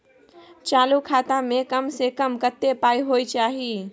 चालू खाता में कम से कम कत्ते पाई होय चाही?